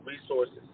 resources